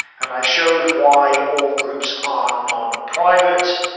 and i showed why all groups are non-private.